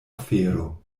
ofero